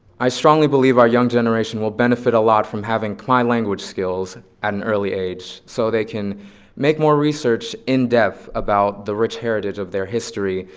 i strongly believe our young generation will benefit a lot from having khmer language skills at an early age so they can make more research in depth about the rich heritage of their history,